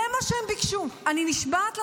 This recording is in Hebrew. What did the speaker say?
זה מה שהם ביקשו, אני נשבעת לכם.